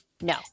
no